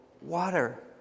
water